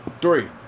three